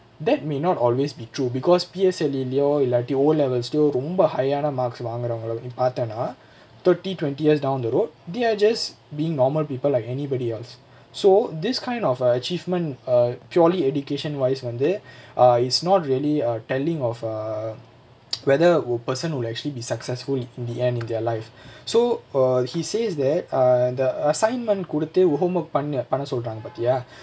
that may not always be true because P_S_L_E யோ இல்லாட்டி:yo illaatti O levels so ரொம்ப:romba high ஆனா:aanaa marks வாங்குரவங்கள நீ பாத்தேனா:vaanguravangala nee paathaenaa thirty twenty years down the road they're just being normal people like anybody else so this kind of uh achievement err purely education wise வந்து:vanthu err is not really uh telling of err whether a person would actually be successful at the end of their life so err he says that err இந்த:intha ah assignment குடுத்தே:kuduthae homework பண்ண பண்ண சொல்றாங்க பாத்தியா:panna panna solraanga paathiyaa